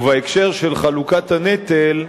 ובהקשר של חלוקת הנטל,